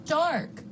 dark